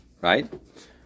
right